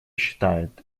считает